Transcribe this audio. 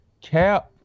Cap